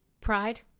pride